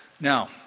Now